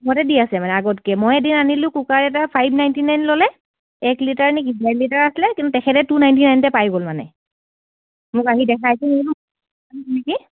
মতে দি আছে মানে আগতকে মই এতিয়া আনিলোঁ কুকাৰ এটা ফাইভ নাইণ্টি নাইন ল'লে এক লিটাৰ নেকি ডেৰ লিটাৰ আছিলে কিন্তু তেখেতে টু নাইণ্টি নাইনতে পাই গ'ল মানে মোক আহি দেখাই নেকি